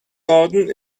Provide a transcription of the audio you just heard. orden